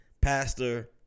pastor